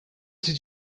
did